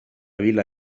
vil·la